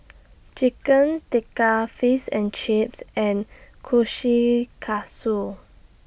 Chicken Tikka Face and Chips and Kushikatsu